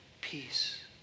peace